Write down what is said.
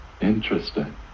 Interesting